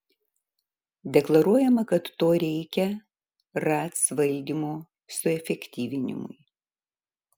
deklaruojama kad to reikia ratc valdymo suefektyvinimui